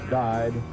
died